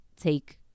take